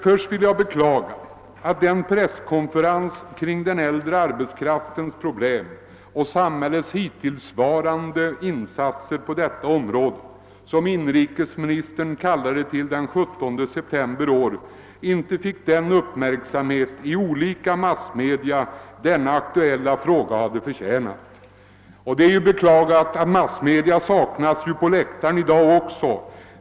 Först vill jag beklaga att den presskonferens kring den äldre arbetskraftens problem och samhällets hittills genomförda insatser på detta område, som inrikesministern kallade till den 17 september i år, inte fick den uppmärksamhet i olika massmedia som denna aktuella fråga hade förtjänat. Det är även att beklaga att massmedias representanter saknas på läktarna i dag också.